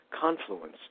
confluence